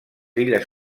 illes